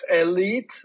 elite